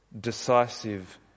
decisive